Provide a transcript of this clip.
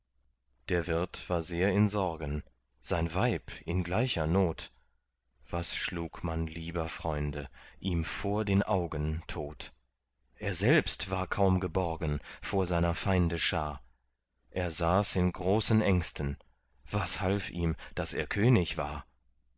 der wirt war sehr in sorgen sein weib in gleicher not was schlug man lieber freunde ihm vor den augen tot er selbst war kaum geborgen vor seiner feinde schar er saß in großen ängsten was half ihm daß er könig war